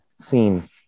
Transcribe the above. scene